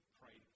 pray